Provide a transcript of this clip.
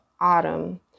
autumn